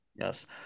yes